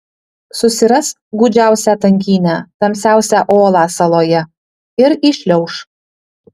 susiras gūdžiausią tankynę tamsiausią olą saloje ir įšliauš